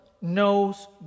knows